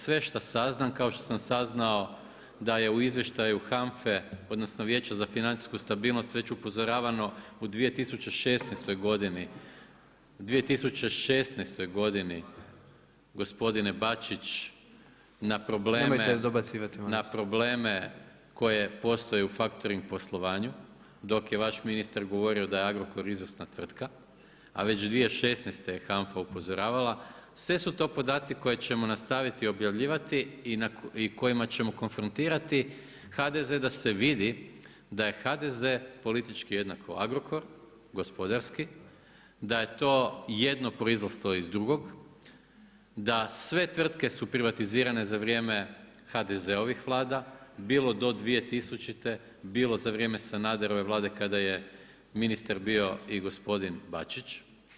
Sve što saznam, kao što sam saznao da je u izvještaju HANF-e, odnosno Vijeća za financijsku stabilnost, već upozoravamo u 2016. g. U 2016. g. gospodin Bačić na probleme, [[Upadica: Nemojte dobacivati, molim vas.]] na probleme, koje postoje u faktoring poslovanju, dok je vaš ministar govorio da je Agrokor izvrsna tvrtka, a već 2016. je HANFA upozoravala, sve su to podaci koje ćemo nastaviti objavljivati i na kojima ćemo konfrontirati HZD, da se vidi, da je HDZ politički = Agrokor, gospodarski, da je to jedno proizašlo iz drugog, da sve tvrtke su privatizirane za vrijeme HDZ-ovih Vlada, bilo do 2000., bilo za vrijeme Sanaderove Vlade, kada je ministar bio i gospodin Bačić.